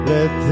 Let